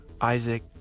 Isaac